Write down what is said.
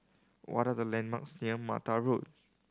what are the landmarks near Mata Road